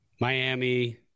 miami